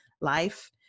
life